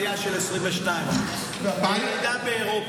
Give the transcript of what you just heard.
עלייה של 22%. הירידה באירופה.